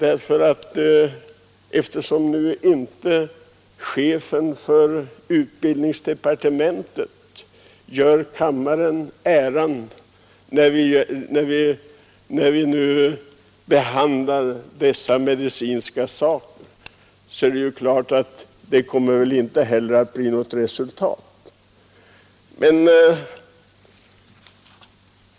Eftersom chefen för utbildningsdepartementet inte gör kammaren den äran när vi nu behandlar dessa medicinska frågor, så kommer det väl inte heller att bli något resultat av det.